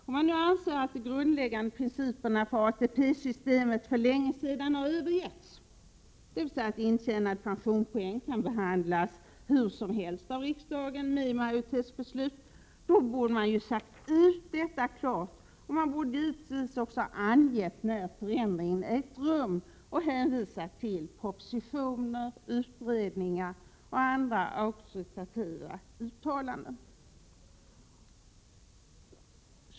Om man nu anser att de grundläggande principerna för ATP-systemet för länge sedan har övergetts — att intjänade pensionspoäng kan behandlas hur som helst av riksdagen med majoritetsbeslut — då borde man ju ha sagt ut detta klart, och man borde givetvis också ha angett när förändringen ägt rum och hänvisat till propositioner, utredningar och andra auktoritativa uttalanden.